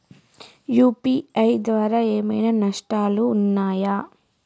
UPI ద్వారా ఏమైనా నష్టాలు ఉన్నయా?